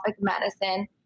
Medicine